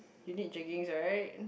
you need jaggings right